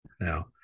Now